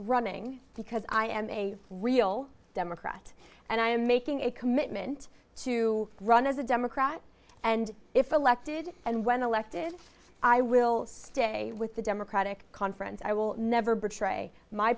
running because i am a real democrat and i am making a commitment to run as a democrat and if elected and when elected i will stay with the democratic conference i will never betray my